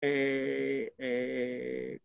אההההה